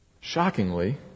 shockingly